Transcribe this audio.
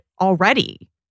already